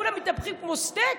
כולם מתהפכים כמו סטייק?